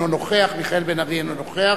אינו נוכח,